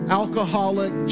alcoholic